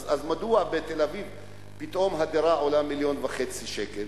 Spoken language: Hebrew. אז מדוע בתל-אביב פתאום הדירה עולה מיליון וחצי שקל?